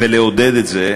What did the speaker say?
ולעודד את זה,